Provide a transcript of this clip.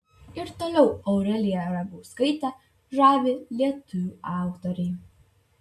ir toliau aureliją ragauskaitę žavi lietuvių autoriai